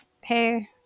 hey